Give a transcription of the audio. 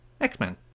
X-Men